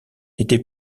n’était